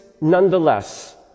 nonetheless